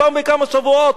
פעם בכמה שבועות,